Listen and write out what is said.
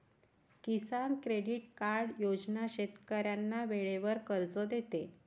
किसान credit card योजना शेतकऱ्यांना वेळेवर कर्ज देते